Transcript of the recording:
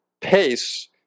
pace